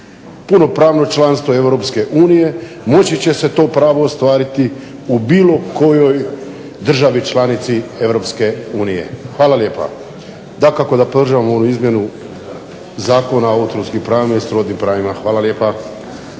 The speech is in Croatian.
punopravno članstvo EU moći će se to pravo ostvariti u bilo kojoj državi članici EU. Dakako da podržavam ovu izmjenu Zakona o autorskim pravima i srodnim pravima. Hvala lijepa.